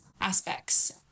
aspects